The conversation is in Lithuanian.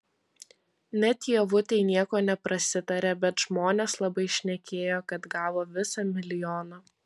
net ievutei nieko neprasitarė bet žmonės labai šnekėjo kad gavo visą milijoną